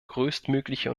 größtmögliche